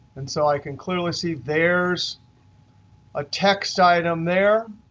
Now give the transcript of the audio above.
and so i can clearly see there's a text item there,